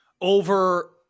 Over